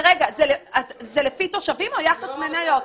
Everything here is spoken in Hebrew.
זה לפי תושבים או יחס מניות?